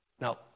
now